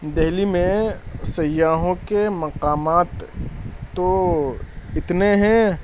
دہلی میں سیاحوں کے مقامات تو اتنے ہیں